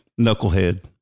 Knucklehead